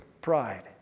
pride